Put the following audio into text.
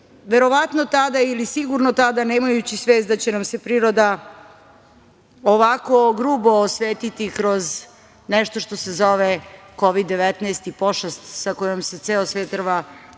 verovatno tada ili sigurno tada, nemajući svest da će nam se priroda ovako grubo osvetiti kroz nešto što se zove Kovid-19 i pošast sa kojom se ceo svet rve poslednje